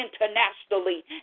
internationally